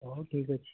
ହେଉ ଠିକ୍ ଅଛି